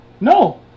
no